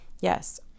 yes